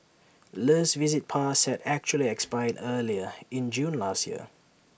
let's visit pass had actually expired earlier in June last year